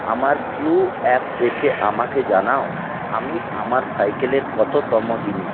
আমার Clue app দেখে আমাকে জানাও আমি আমার সাইকেলের কততম দিনে